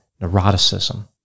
neuroticism